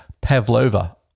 pavlova